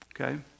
Okay